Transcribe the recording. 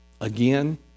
again